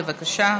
בבקשה,